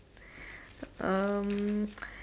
um